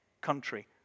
country